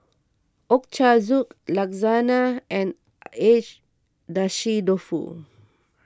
Ochazuke Lasagna and Agedashi Dofu